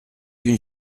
une